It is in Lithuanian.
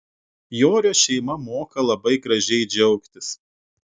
jorio šeima moka labai gražiai džiaugtis